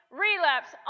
relapse